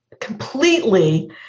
Completely